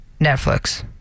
Netflix